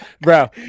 Bro